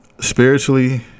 Spiritually